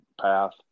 path